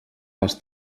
les